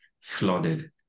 flooded